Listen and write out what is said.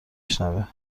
شنوه